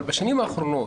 אבל בשנים האחרונות,